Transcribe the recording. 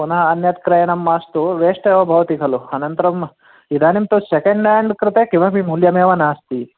पुनः अन्यत् क्रयणं मास्तु वेष्ट् एव भवति खलु अनन्तरम् इदानीं तु सेकेण्ड् हेण्ड् कृते किमपि मूल्यमेव नास्ति